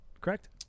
correct